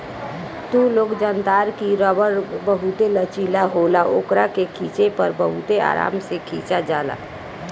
तू लोग जनतार की रबड़ बहुते लचीला होला ओकरा के खिचे पर बहुते आराम से खींचा जाला